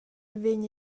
vegn